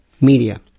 media